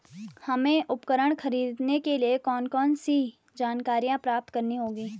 हमें उपकरण खरीदने के लिए कौन कौन सी जानकारियां प्राप्त करनी होगी?